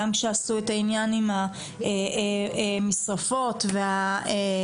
גם כשעשו את העניין עם המשרפות והמפחמות,